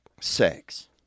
sex